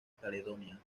caledonia